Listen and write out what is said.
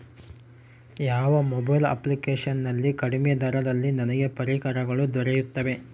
ಯಾವ mobile application ನಲ್ಲಿ ಕಡಿಮೆ ದರದಲ್ಲಿ ನನಗೆ ಪರಿಕರಗಳು ದೊರೆಯುತ್ತವೆ?